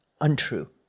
untrue